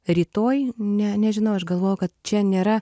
rytoj ne nežinau aš galvoju kad čia nėra